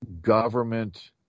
government